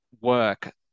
work